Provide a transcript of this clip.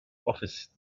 office